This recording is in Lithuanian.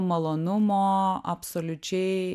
malonumo absoliučiai